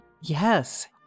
Yes